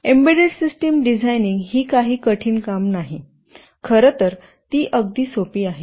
embedded system designing ही काही कठीण काम नाही खरं तर ती अगदी सोपी आहे